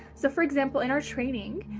so, for example, in our training,